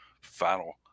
final